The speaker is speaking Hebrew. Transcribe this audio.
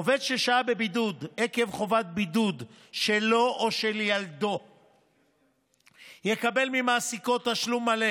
עובד ששהה בבידוד עקב חובת בידוד שלו או של ילדו יקבל ממעסיקו תשלום מלא